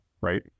right